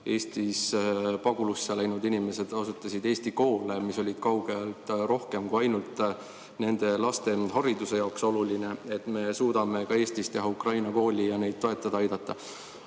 Eestist pagulusse läinud inimesed asutasid seal eesti koole, mis olid kaugelt rohkem kui ainult nende laste hariduse jaoks olulised, suudame me ka Eestis teha ukraina kooli ja ukrainlasi toetada-aidata. Aga